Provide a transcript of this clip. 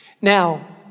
Now